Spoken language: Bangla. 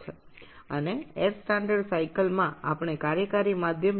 এবং এয়ার স্ট্যান্ডার্ড চক্রে আমরা কার্যক্ষম মাধ্যম